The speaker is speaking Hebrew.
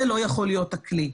זה לא יכול להיות הכלי,